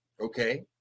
Okay